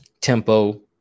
Tempo